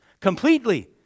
Completely